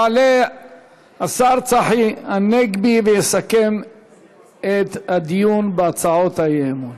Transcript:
יעלה השר צחי הנגבי ויסכם את הדיון בהצעות האי-אמון.